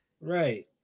Right